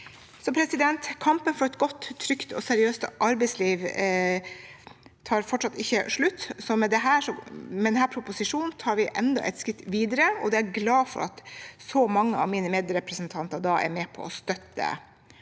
Kampen for et godt, trygt og seriøst arbeidsliv tar fortsatt ikke slutt, og med denne proposisjonen tar vi enda et skritt videre. Jeg er glad for at så mange av mine medrepresentanter er med på å støtte